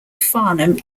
farnham